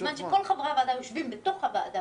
הבקשה שלו ושל חבר הכנסת מיקי זוהר היא לגבי סעיפים 1,4